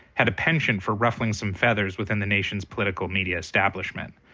had a penchant for ruffling some feathers within the nation's political media establishment,